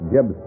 Jeb